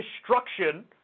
destruction